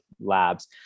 labs